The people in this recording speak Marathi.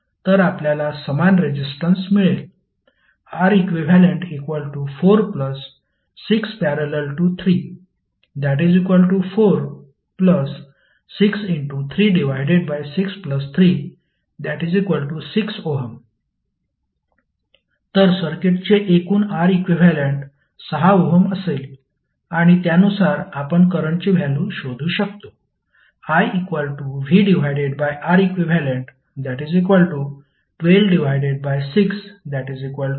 तर आपल्याला समान रेजिस्टन्स मिळेल Req46।।3463636Ω तर सर्किटचे एकूण R इक्विव्हॅलेंट 6 ओहम असेल आणि त्यानुसार आपण करंटची व्हॅल्यु शोधू शकतो